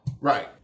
Right